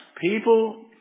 People